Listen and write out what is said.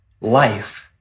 life